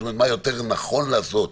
זאת אומרת מה יותר נכון לעשות,